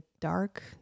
dark